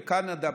בקנדה,